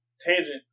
tangent